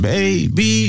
Baby